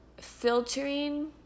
filtering